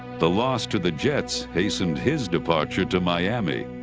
the loss to the jets hastened his departure to miami.